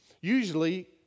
Usually